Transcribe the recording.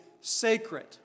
sacred